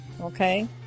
Okay